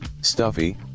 stuffy